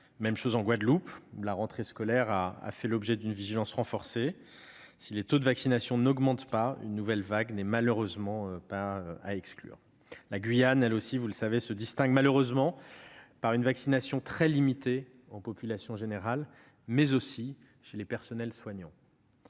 Même chose en Guadeloupe, où la rentrée scolaire a fait l'objet d'une vigilance renforcée. Si les taux de vaccination n'augmentent pas, une nouvelle vague n'est malheureusement pas à exclure. La Guyane se distingue malheureusement par une vaccination très limitée en population générale, mais aussi chez les soignants.